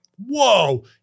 Whoa